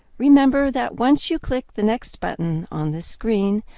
remember that once you click the next button on the screen,